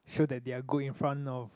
show that they are good in front of